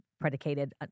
predicated